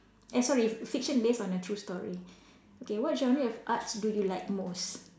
and sorry fiction based on a true story okay what genre of Arts do you like most